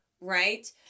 right